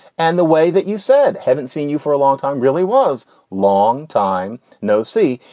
and the way that you said haven't seen you for a long time, really was long time no see.